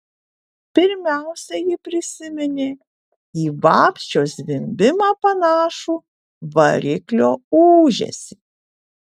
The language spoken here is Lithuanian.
pirmiausia ji prisiminė į vabzdžio zvimbimą panašų variklio ūžesį